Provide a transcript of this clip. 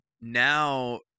Now